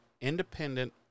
independent